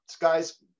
guys